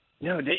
No